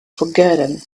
forgotten